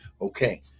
Okay